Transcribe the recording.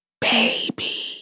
Baby